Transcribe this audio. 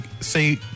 say